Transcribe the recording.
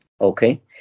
okay